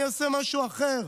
אני עושה משהו אחר.